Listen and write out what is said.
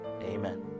Amen